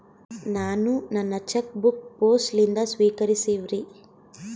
ನಾನು ನನ್ನ cheque book post ಲಿಂದ ಸ್ವೀಕರಿಸಿವ್ರಿ